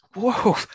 whoa